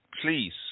Please